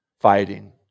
fighting